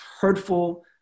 hurtful